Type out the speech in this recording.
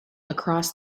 across